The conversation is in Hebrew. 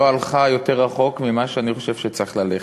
לא הלכה יותר רחוק כפי שאני חושב שצריך ללכת.